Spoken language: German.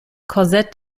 korsett